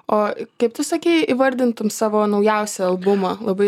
o kaip tu sakei įvardintum savo naujausią albumą labai